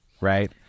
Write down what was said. right